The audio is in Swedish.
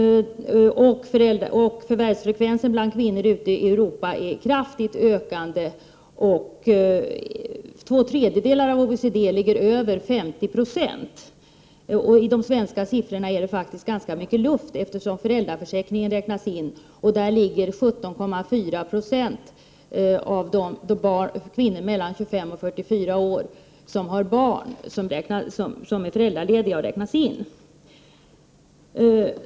Förvärvsfrekvensen bland kvinnor ute i Europa är kraftigt ökande. I två tredjedelar av OECD-länderna ligger frekvensen över 50 96. I de svenska siffrorna är det faktiskt ganska mycket luft, eftersom föräldraförsäkringen räknas in. 17,4 90 utgörs av de kvinnor mellan 25 och 44 år som har barn och är föräldralediga.